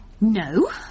No